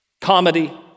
comedy